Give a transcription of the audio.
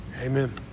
Amen